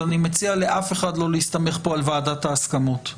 ואני מציע לאף אחד לא להסתמך פה על ועדת ההסכמות.